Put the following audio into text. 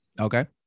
Okay